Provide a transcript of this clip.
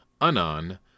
Anan